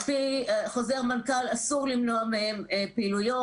על פי חוזר מנכ"ל אסור למנוע מהם פעילויות,